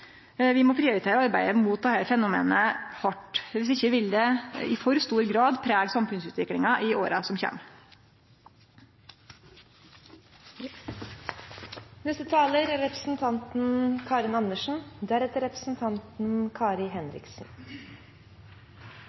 Vi må prioritere arbeidet mot dette fenomenet hardt. Viss ikkje vil det i for stor grad prege samfunnsutviklinga i åra som kjem. Organisert kriminalitet og internasjonal organisert kriminalitet er